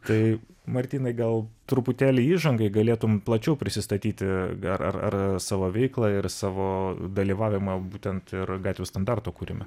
tai martynai gal truputėlį įžangai galėtum plačiau prisistatyti ar ar ar savo veiklą ir savo dalyvavimą būtent ir gatvių standarto kūrime